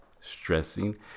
stressing